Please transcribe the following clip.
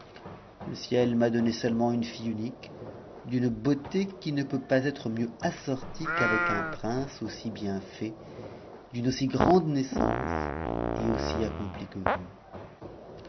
le ciel m'a donné seulement une fille unique d'une beauté qui ne peut assortie qu'avec un prince aussi bien fait d'une aussi ftou ce et aussi accompli que vous